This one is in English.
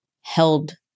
held